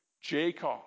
Jacob